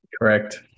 Correct